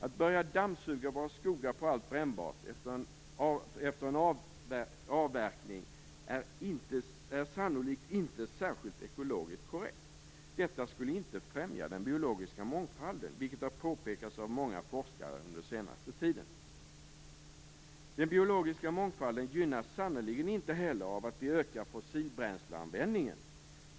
Att börja dammsuga våra skogar på allt brännbart efter en avverkning, är sannolikt inte särskilt ekologiskt korrekt. Det skulle inte främja den biologiska mångfalden, något som har påpekats av många forskare under den senaste tiden. Den biologiska mångfalden gynnas sannerligen inte heller av att vi ökar fossilbränsleanvändningen.